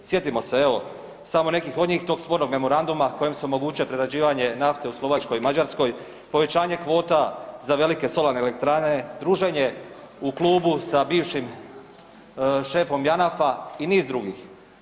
Sjetimo se evo samo nekih od njih, tog spornog memoranduma kojim se omogućio prerađivanje nafte u Slovačkoj i Mađarskoj, povećanje kvota za velike solarne elektrane, druženje u klubu sa bivšim šefom Janafa i niz drugih.